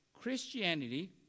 Christianity